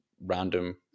Random